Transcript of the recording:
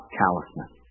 callousness